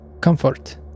comfort